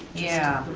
yeah.